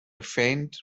faint